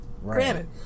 Granted